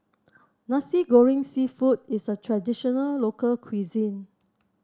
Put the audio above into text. Nasi Goreng seafood is a traditional local cuisine